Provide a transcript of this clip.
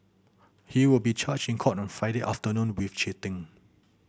he will be charged in court on Friday afternoon with cheating